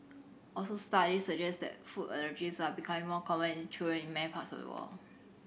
also studies suggest that food allergies are becoming more common in in many parts of the world